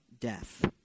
death